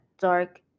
dark